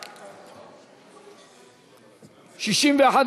מרצ וקבוצת סיעת הרשימה המשותפת לסעיף 62 לא נתקבלה.